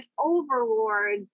overlords